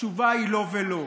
התשובה היא לא ולא.